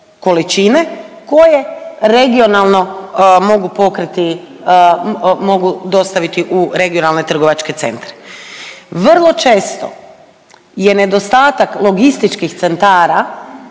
koje regionalno mogu pokriti, mogu dostaviti u regionalne trgovačke centre. Vrlo često je nedostatak logističkih centara